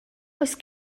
oes